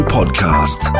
Podcast